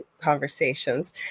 conversations